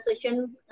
session